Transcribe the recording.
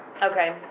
Okay